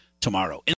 tomorrow